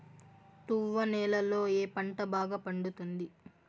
తువ్వ నేలలో ఏ పంట బాగా పండుతుంది?